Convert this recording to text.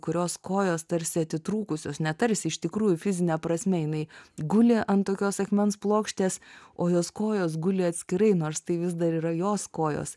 kurios kojos tarsi atitrūkusios netarsi iš tikrųjų fizine prasme jinai guli ant tokios akmens plokštės o jos kojos guli atskirai nors tai vis dar yra jos kojos